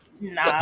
Nah